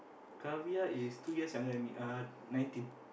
Keviar is two years younger than me uh nineteen